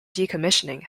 decommissioning